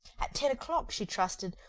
at ten o'clock, she trusted,